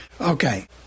Okay